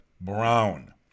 Brown